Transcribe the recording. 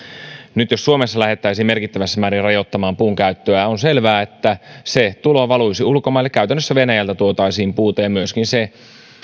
nyt jos suomessa lähdettäisiin merkittävässä määrin rajoittamaan puunkäyttöä on selvää että se tulo valuisi ulkomaille käytännössä venäjältä tuotaisiin puuta ja se